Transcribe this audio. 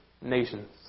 nations